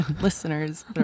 listeners